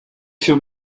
się